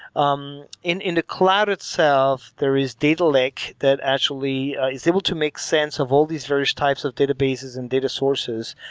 um in in the cloud itself, there is data lake that actually is able to make sense of all these various types of databases and data sources.